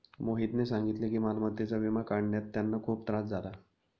मोहितने सांगितले की मालमत्तेचा विमा काढण्यात त्यांना खूप त्रास झाला